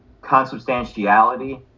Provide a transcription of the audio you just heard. consubstantiality